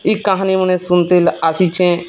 ଇ କାହାନୀମାନେ ଶୁନିତେଲ୍ ଆସିଛେଁ